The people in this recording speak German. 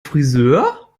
frisör